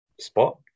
spot